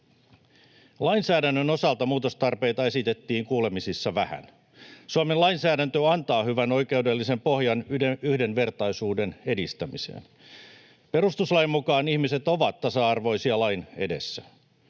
Lainsäädännön osalta muutostarpeita esitettiin kuulemisissa vähän. Suomen lainsäädäntö antaa hyvän oikeudellisen pohjan yhdenvertaisuuden edistämiseen. Perustuslain mukaan ihmiset ovat tasa-arvoisia lain edessä.